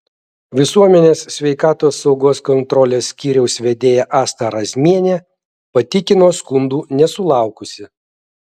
visuomenės sveikatos saugos kontrolės skyriaus vedėja asta razmienė patikino skundų nesulaukusi